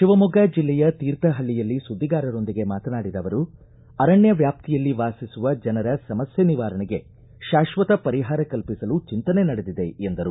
ಶಿವಮೊಗ್ಗ ಜಿಲ್ಲೆಯ ತೀರ್ಥಪಳ್ಳಯಲ್ಲಿ ಸುದ್ದಿಗಾರರೊಂದಿಗೆ ಮಾತನಾಡಿದ ಅವರು ಅರಣ್ಯ ವ್ಯಾಪ್ತಿಯಲ್ಲಿ ವಾಸಿಸುವ ಜನರ ಸಮಸ್ಯೆ ನಿವಾರಣೆಗೆ ಶಾಶ್ವತ ಪರಿಹಾರ ಕಲ್ಪಿಸಲು ಚಿಂತನೆ ನಡೆದಿದೆ ಎಂದರು